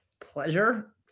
pleasure